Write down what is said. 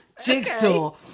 jigsaw